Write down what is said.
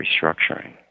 restructuring